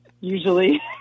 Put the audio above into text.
usually